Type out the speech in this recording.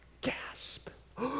Gasp